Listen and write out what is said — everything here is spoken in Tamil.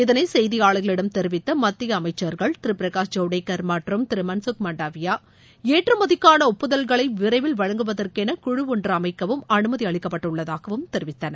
இதனை செய்தியாளர்களிடம் தெரிவித்த மத்திய அமைச்சர்கள் திரு பிரகாஷ் தவ்டேக்கர் மற்றும் திரு மன்சுக் மாண்டவியா ஏற்றுமதிக்கான ஒப்புதல்களை விரைவில் வழங்குவதற்கென குழு ஒன்று அமைக்கவும் அனுமதி அளிக்கப்பட்டுள்ளதாகவும் தெரிவித்தனர்